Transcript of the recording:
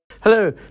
Hello